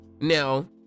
Now